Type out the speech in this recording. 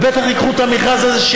ובטח ייקחו את המכרז הזה,